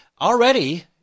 already